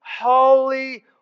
holy